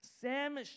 Sam